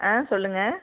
ஆ சொல்லுங்கள்